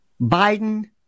Biden